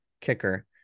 kicker